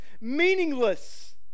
meaningless